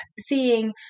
Seeing